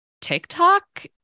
TikTok